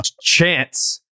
chance